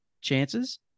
chances